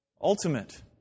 ultimate